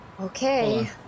Okay